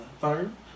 firm